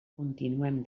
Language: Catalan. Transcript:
continuem